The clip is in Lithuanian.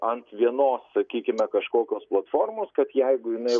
ant vienos sakykime kažkokios platformos kad jeigu jinai